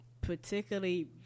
particularly